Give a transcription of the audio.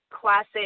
classic